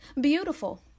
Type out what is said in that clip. beautiful